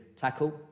tackle